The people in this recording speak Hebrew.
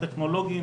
הטכנולוגיים,